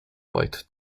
beugt